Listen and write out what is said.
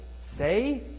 Say